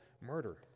murder